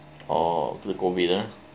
oh COVID ha